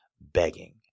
begging